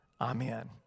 Amen